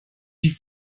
die